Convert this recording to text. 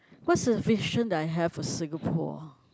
what's the vision that I have for Singapore